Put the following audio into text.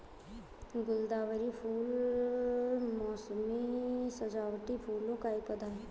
गुलदावरी फूल मोसमी सजावटी फूलों का एक पौधा है